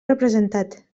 representat